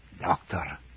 Doctor